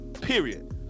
period